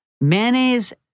mayonnaise